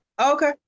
okay